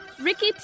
Ricky